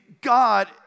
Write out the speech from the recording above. God